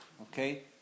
Okay